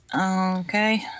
Okay